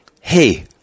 hey